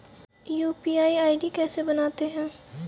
UPI ID कैसे बनाते हैं?